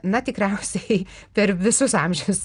na tikriausiai per visus amžius